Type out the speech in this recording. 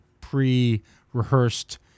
pre-rehearsed